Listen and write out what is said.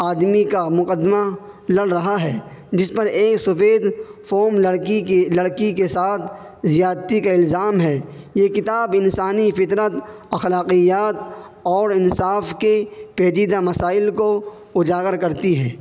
آدمی کا مقدمہ لڑ رہا ہے جس پر ایک سفید فوم لڑکی لڑکی کے ساتھ زیادتی کا الزام ہے یہ کتاب انسانی فطرت اخلاقیات اور انصاف کے پیچیدہ مسائل کو اجاگر کرتی ہے